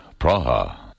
Praha